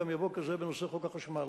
וגם יבוא כזה בנושא חוק החשמל.